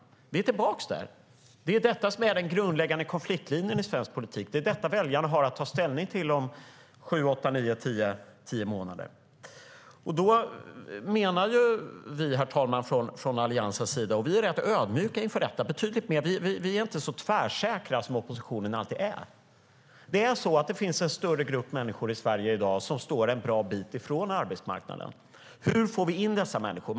Vi är tillbaka där. Det är detta som är den grundläggande konfliktlinjen i svensk politik. Det är detta väljarna har att ta ställning till om cirka nio månader. Vi från Alliansen menar - vi är rätt ödmjuka inför detta och inte så tvärsäkra som oppositionen alltid är - att det finns en större grupp människor i Sverige i dag som står en bra bit från arbetsmarknaden. Hur får vi in dessa människor?